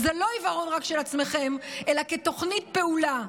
וזה לא עיוורון רק של עצמכם אלא כתוכנית פעולה.